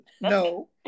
no